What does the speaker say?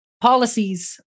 policies